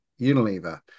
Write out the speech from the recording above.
Unilever